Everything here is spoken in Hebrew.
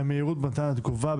המהירות במתן התגובה,